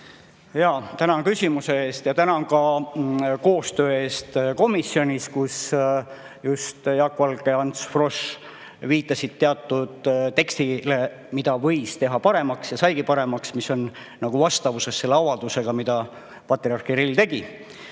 Tänan küsimuse eest! Tänan ka koostöö eest komisjonis, kus just Jaak Valge ja Ants Frosch viitasid teatud tekstile, mida võis teha paremaks ja mis saigi paremaks ja mis on vastavuses selle avaldusega, mille patriarh Kirill tegi. Minul